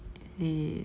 is it